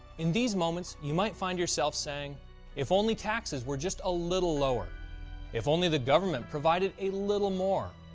in these moments, you might find yourself saying if only taxes were just a little lower if only the government provided a little more.